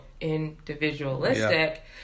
individualistic